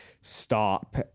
stop